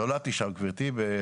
נולדתי שם גבירתי.